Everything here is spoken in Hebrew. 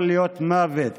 זה יכול להיות מוות